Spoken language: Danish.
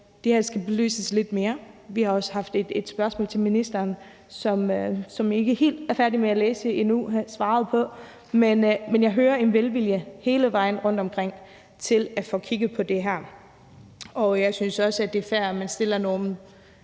det her skal belyses lidt mere. Vi har også stillet et spørgsmål til ministeren, som jeg ikke helt er færdig med at læse svaret på endnu, men jeg hører, at der er en velvilje hele vejen rundt til at få kigget på det her. Jeg synes også, at det er fair, at man stiller nogle